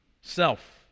self